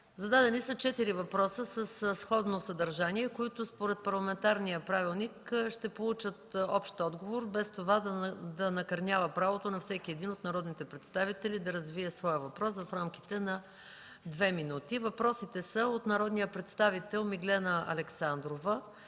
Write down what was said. Зададени са четири въпроса със сходно съдържание, които според парламентарния правилник ще получат общ отговор, без това да накърнява правото на всеки един от народните представители да развие своя въпрос в рамките на две минути. Има два въпроса от народния представител Миглена Александрова.